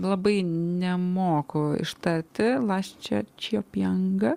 labai nemoku ištarti lascia chio pianga